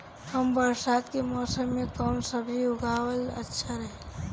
कम बरसात के मौसम में कउन सब्जी उगावल अच्छा रहेला?